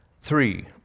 Three